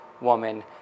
woman